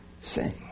sing